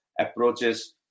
approaches